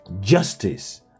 justice